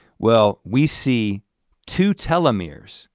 well, we see two telomeres,